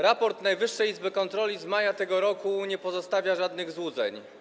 Raport Najwyższej Izby Kontroli z maja tego roku nie pozostawia żadnych złudzeń.